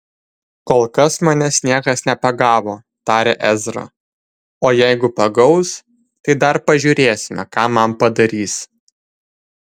kol kas manęs niekas nepagavo tarė ezra o jeigu pagaus tai dar pažiūrėsime ką man padarys